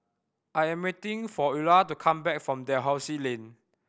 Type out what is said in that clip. I'm waiting for Eulah to come back from Dalhousie Lane